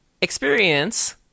experience